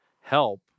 help